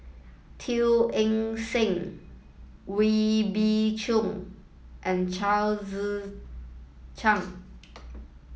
Teo Eng Seng Wee Beng Chong and Chao Tzee Cheng